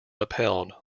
upheld